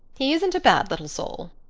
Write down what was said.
he isn't a bad little soul,